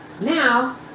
Now